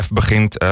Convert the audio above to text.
begint